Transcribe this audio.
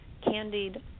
candied